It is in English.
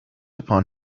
upon